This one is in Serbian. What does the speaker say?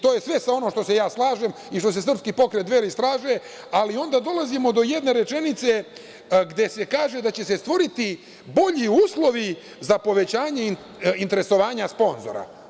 To je sve ono što se ja slažem, i što se srpski pokret Dveri slaže, ali onda dolazimo do jedne rečenice gde se kaže da će se stvoriti bolji uslovi za povećanje interesovanja sponzora.